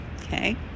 Okay